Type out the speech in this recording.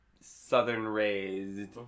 southern-raised